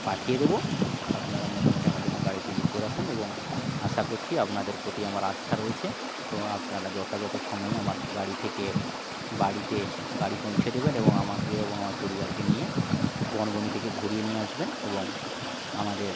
পাঠিয়ে দেব আপনারা মোটামোটি আমার জন্য গাড়িটি বুক করে রাখুন এবং আশা কচ্ছি আপনাদের প্রতি আমার আস্থা রয়েছে তো আপনারা যথাযত সময়ে আমার গাড়ি থেকে বাড়িতে গাড়ি পৌঁছে দেবেন এবং আমাকে এবং আমার পরিবারকে নিয়ে গণগণি থেকে ঘুরিয়ে নিয়ে আসবেন এবং আমাদের